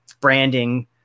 branding